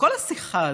וכל השיחה הזאת,